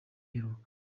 iheruka